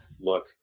look